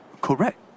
correct